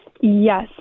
Yes